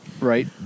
right